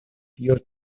tio